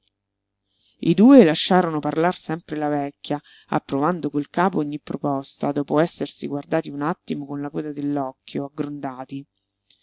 i due lasciarono parlar sempre la vecchia approvando col capo ogni proposta dopo essersi guardati un attimo con la coda